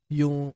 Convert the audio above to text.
yung